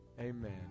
Amen